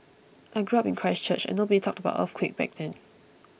I grew up in Christchurch and nobody talked about earthquake back then